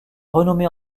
renommé